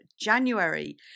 January